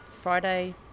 Friday